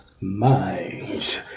minds